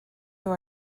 our